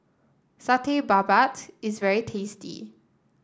Satay Babat is very tasty